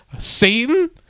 Satan